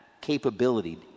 capability